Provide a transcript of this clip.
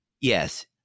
Yes